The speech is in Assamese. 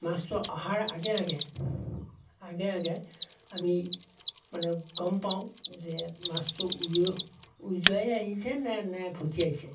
মাছটো অহাৰ আগে আগে আগে আগে আমি মানে গম পাও যে মাছটো উজাই আহিছে নে নে ভটিয়াইছে